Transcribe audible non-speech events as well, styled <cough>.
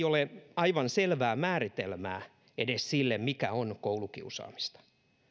<unintelligible> ole edes aivan selvää määritelmää sille mikä on koulukiusaamista